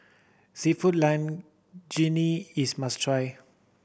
Seafood Linguine is a must try